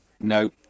no